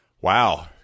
Wow